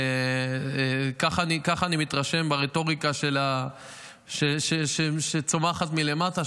כך אני מתרשם מהרטוריקה שצומחת מלמטה,